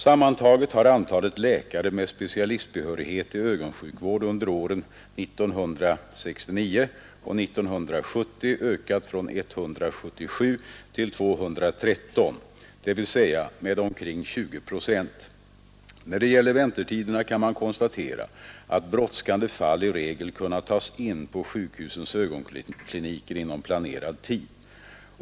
Sammantaget har antalet läkare med specialistbehörighet i ögonsjukvård under åren 1969 och 1970 ökat från 177 till 213, dvs. med omkring 20 procent. När det gäller väntetiderna kan man konstatera, att brådskande fall i regel kunnat tas in på sjukhusens ögonkliniker inom planerad tid.